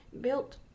built